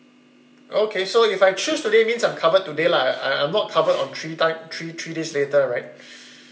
okay so if I choose today means I'm covered today lah I I I'm not covered on three time three three days later right